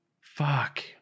fuck